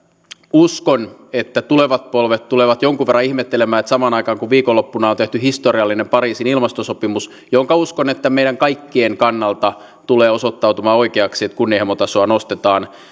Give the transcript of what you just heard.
uskon että tulevat polvet tulevat jonkun verran ihmettelemään että samaan aikaan kun viikonloppuna on tehty historiallinen pariisin ilmastosopimus jonka uskon meidän kaikkien kannalta tulevan osoittautumaan oikeaksi ja jossa kunnianhimotasoa nostetaan